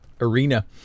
arena